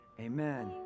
amen